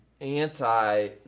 anti